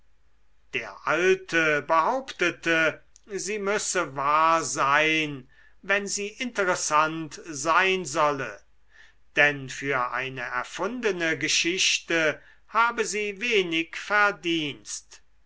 der alte behauptete sie müsse wahr sein wenn sie interessant sein solle denn für eine erfundene geschichte habe sie wenig verdienst